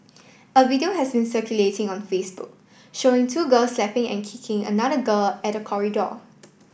a video has been circulating on Facebook showing two girls slapping and kicking another girl at a corridor